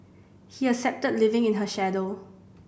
he accepted living in her shadow